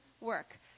work